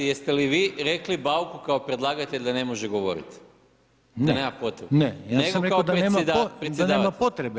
Jeste li vi rekli Bauku kao predlagatelj da ne može govoriti, da nema potrebe?